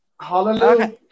Hallelujah